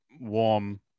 warm